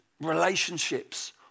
relationships